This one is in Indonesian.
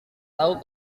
tau